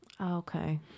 Okay